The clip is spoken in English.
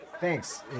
Thanks